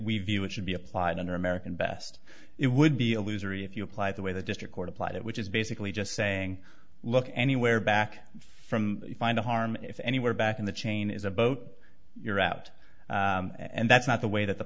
we view it should be applied under american best it would be a loser if you apply the way the district court applied it which is basically just saying look anywhere back from find the harm if anywhere back in the chain is a boat you're out and that's not the way that the